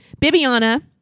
Bibiana